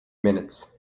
minutes